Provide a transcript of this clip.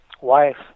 wife